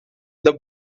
the